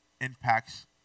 impacts